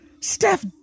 Steph